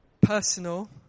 personal